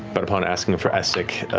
but upon asking for essek,